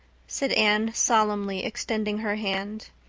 said anne, solemnly extending her hand.